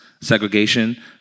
segregation